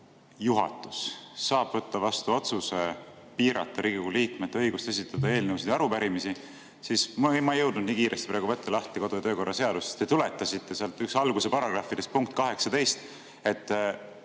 juhatus saab võtta vastu otsuse piirata Riigikogu liikmete õigust esitada eelnõusid ja arupärimisi, siis – ma ei jõudnud nii kiiresti praegu võtta lahti kodu‑ ja töökorra seadust – te tuletasite selle ühe seaduse alguse paragrahvi punktist 18, et